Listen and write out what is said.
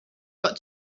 got